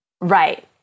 Right